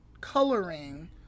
coloring